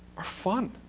are fun,